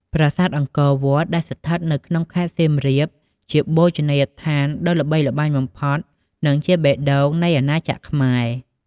ប្រាសាទអង្គរវត្ត ដែលស្ថិតនៅក្នុងខេត្តសៀមរាប ជាបូជនីយដ្ឋានដ៏ល្បីល្បាញបំផុត និងជាបេះដូងនៃអាណាចក្រខ្មែរ។